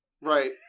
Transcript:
Right